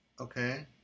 Okay